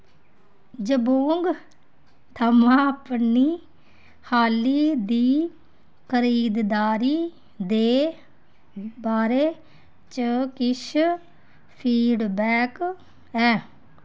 जबोंग थमां अपनी हाली दी खरीददारी दे बारे च किश फीडबैक ऐ